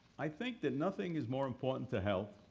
i think that nothing is more important to health,